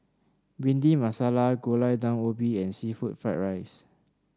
Bhindi Masala Gulai Daun Ubi and seafood Fried Rice